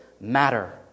matter